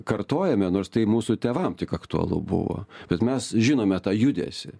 kartojame nors tai mūsų tėvam tik aktualu buvo bet mes žinome tą judesį